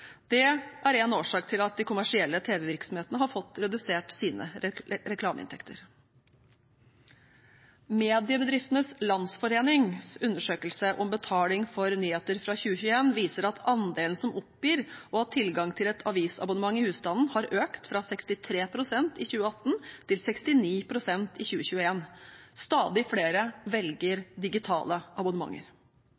Det er en årsak til at de kommersielle tv-virksomhetene har fått redusert sine reklameinntekter. Mediebedriftenes landsforenings undersøkelse om betaling for nyheter fra 2021 viser at andelen som oppgir å ha tilgang til et avisabonnement i husstanden, har økt fra 63 pst. i 2018 til 69 pst. i 2021. Stadig flere velger